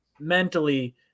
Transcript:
mentally